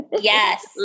yes